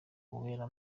uwera